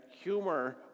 humor